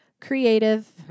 Creative